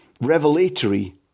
revelatory